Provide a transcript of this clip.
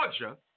georgia